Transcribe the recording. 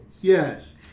Yes